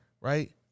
right